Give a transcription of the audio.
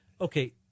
okay